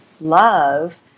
love